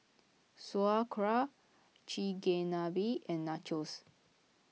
Sauerkraut Chigenabe and Nachos